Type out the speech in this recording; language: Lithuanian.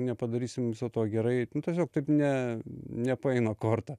nepadarysim viso to gerai nu tiesiog taip ne nepaeina korta